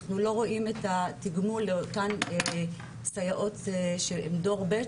אנחנו לא רואים את התגמול לאותן סייעות של דור ב',